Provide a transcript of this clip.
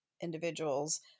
individuals